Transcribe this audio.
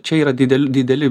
čia yra didel dideli